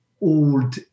old